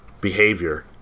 behavior